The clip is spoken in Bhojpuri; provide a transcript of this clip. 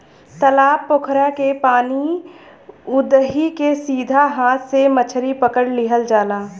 तालाब पोखरा के पानी उदही के सीधा हाथ से मछरी पकड़ लिहल जाला